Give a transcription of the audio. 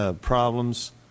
problems